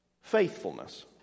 Faithfulness